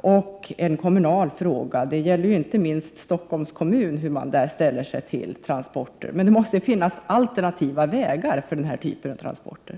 och en kommunal fråga. Det gäller inte minst hur man 69 ställer sig till sådana transporter i Stockholms kommun. Det måste dock finnas alternativa vägar för transporterna.